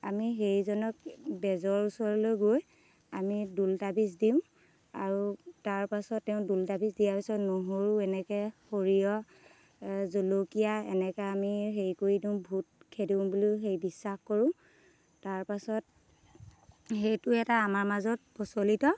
আমি সেইজনক বেজৰ ওচৰলৈ গৈ আমি দোল তাবিজ দিওঁ আৰু তাৰপাছত তেওঁ দোল তাবিজ দিয়াৰ পিছত নহৰু এনেকে সৰিয়হ জলকীয়া এনেকে আমি হেৰি কৰি দিওঁ ভূত খেদো বুলিও সেই বিশ্বাস কৰোঁ তাৰ পাছত সেইটো এটা আমাৰ মাজত প্ৰচলিত